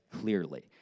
clearly